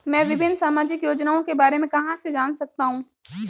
मैं विभिन्न सामाजिक योजनाओं के बारे में कहां से जान सकता हूं?